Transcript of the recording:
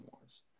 Wars